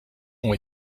ont